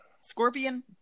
Scorpion